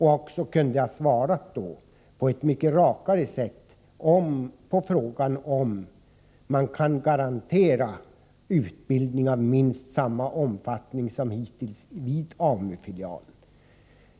Hon kunde därför ha svarat på ett mycket rakare sätt på frågan om man kan garantera utbildning av minst samma omfattning som hittills vid AMU-filialen.